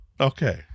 okay